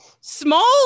small